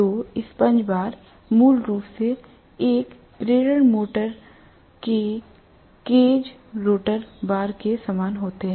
तो sponge bar मूल रूप से एक प्रेरण मोटर में केज रोटर बार के समान होते हैं